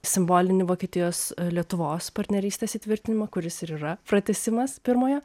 simbolinį vokietijos lietuvos partnerystės įtvirtinimą kuris ir yra pratęsimas pirmoje